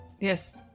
yes